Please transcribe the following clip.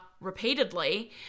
repeatedly